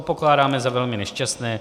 To pokládáme za velmi nešťastné.